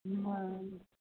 हँ